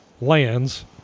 lands